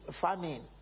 famine